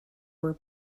were